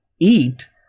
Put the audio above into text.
eat